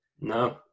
No